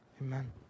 Amen